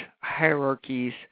hierarchies